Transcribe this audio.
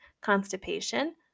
constipation